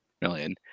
million